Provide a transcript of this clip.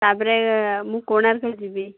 ତାପରେ ମୁଁ କୋଣାର୍କ ଯିବି